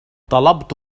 طلبت